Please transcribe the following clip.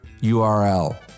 URL